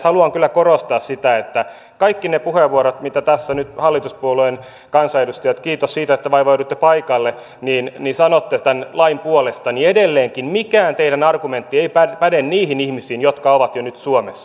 haluan kyllä korostaa sitä että kaikissa niissä puheenvuoroissa mitä tässä nyt te hallituspuolueiden kansanedustajat kiitos siitä että vaivauduitte paikalle sanotte tämän lain puolesta edelleenkään mitkään teidän argumenttinne ei päde niihin ihmisiin jotka ovat jo nyt suomessa